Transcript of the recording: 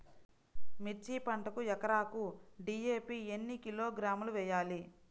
మిర్చి పంటకు ఎకరాకు డీ.ఏ.పీ ఎన్ని కిలోగ్రాములు వేయాలి?